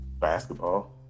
Basketball